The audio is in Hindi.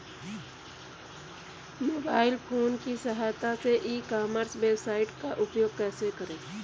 मोबाइल फोन की सहायता से ई कॉमर्स वेबसाइट का उपयोग कैसे करें?